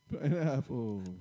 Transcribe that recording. Pineapple